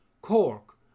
Cork